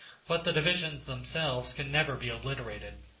but the divisions themselves can never be obliterated.